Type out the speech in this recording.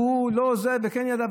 והוא כן ידע,